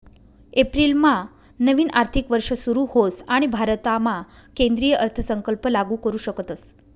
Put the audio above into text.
एप्रिलमा नवीन आर्थिक वर्ष सुरू होस आणि भारतामा केंद्रीय अर्थसंकल्प लागू करू शकतस